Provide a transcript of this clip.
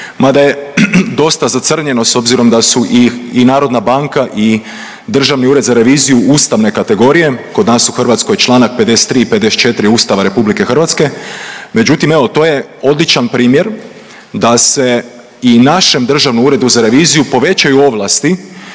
mada je dosta zacrnjeno s obzirom da su i narodna banka i državni ured za reviziju ustavne kategorije, kod nas u Hrvatskoj čl. 53. i 54. Ustava RH, međutim, evo to je odličan primjer da se i našem Državnom uredu za reviziju povećaju ovlasti